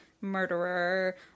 Murderer